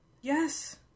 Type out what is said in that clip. Yes